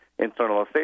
internalization